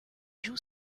joue